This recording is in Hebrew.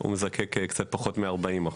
והוא מזקק קצת פחות מ-40%.